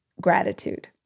gratitude